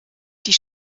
die